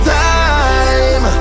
time